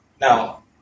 Now